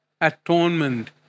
Atonement